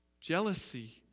Jealousy